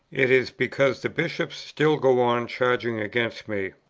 it is because the bishops still go on charging against me,